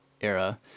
era